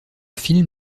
film